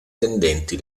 tendenti